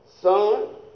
Son